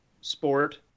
sport